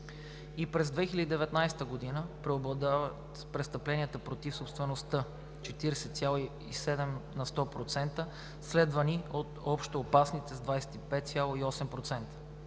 И през 2019 г. преобладават престъпленията против собствеността – 45,7%, следвани от общоопасните с 25,8%.